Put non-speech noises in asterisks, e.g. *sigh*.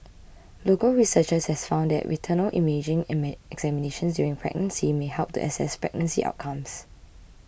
local researchers have found that retinal imaging *unintelligible* examinations during pregnancy may help to assess pregnancy outcomes